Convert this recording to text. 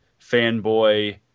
fanboy